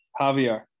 Javier